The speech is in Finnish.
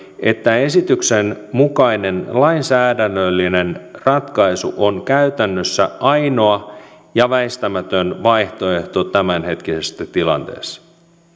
että esityksen mukainen lainsäädännöllinen ratkaisu on käytännössä ainoa ja väistämätön vaihtoehto tämänhetkisessä tilanteessa